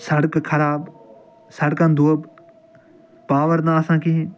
سڑکہ خراب سڑکَن دۄب پاوَر نہٕ آسان کِہیٖنۍ